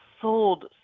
sold